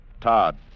Todd